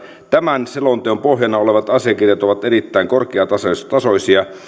tämän selonteon pohjana olevat asiakirjat ovat erittäin korkeatasoisia